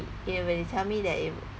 you know when they tell me that you